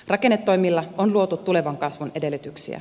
rakennetoimilla on luotu tulevan kasvun edellytyksiä